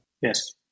Yes